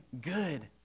good